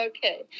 Okay